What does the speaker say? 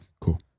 Cool